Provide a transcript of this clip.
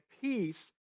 peace